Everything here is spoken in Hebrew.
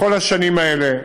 בכל השנים האלה,